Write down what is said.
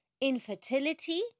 infertility